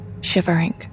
shivering